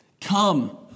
Come